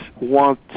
want